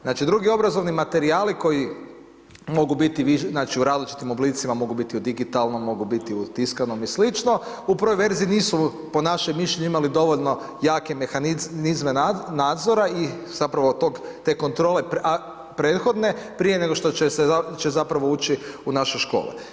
Znači, drugi obrazovni materijali koji mogu biti u, znači, različitim oblicima, mogu biti u digitalnom, mogu biti u tiskanom i sl. u prvoj verziji nisu po našem mišljenju imali dovoljno jake mehanizme nadzora i zapravo te kontrole prethodne, prije nego što će zapravo ući u naše škole.